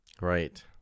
Right